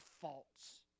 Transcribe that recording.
faults